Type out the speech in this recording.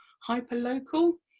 hyper-local